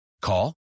Call